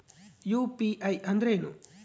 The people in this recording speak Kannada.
ಯು.ಪಿ.ಐ ಅಂದ್ರೇನು?